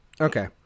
okay